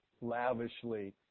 Lavishly